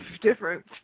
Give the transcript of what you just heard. different